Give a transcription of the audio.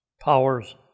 powers